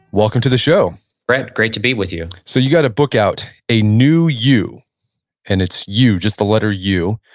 welcome to the show brett, great to be with you so you got a book out, a new u and it's u, just the letter u,